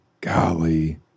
golly